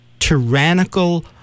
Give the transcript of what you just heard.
tyrannical